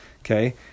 okay